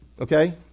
okay